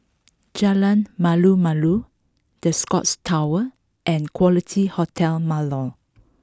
Jalan Malu Malu The Scotts Tower and Quality Hotel Marlow